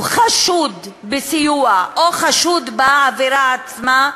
חשוד בסיוע, או חשוד בעבירה עצמה,